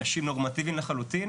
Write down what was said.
אנשים נורמטיביים לחלוטין